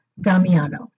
Damiano